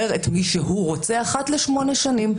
מי שהוא רוצה אחת ל-8 שנים.